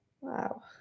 Wow